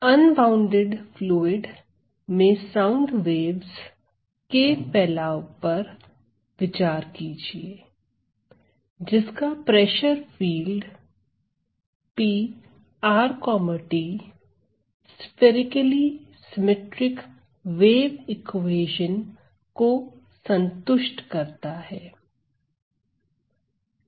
unbounded fluid में sound waves के फैलाव पर विचार कीजिए जिसका pressure field prt spherically symmetric wave equation को संतुष्ट करता है